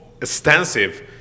extensive